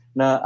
na